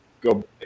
go